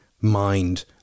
mind